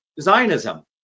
Zionism